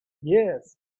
yes